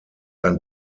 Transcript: ein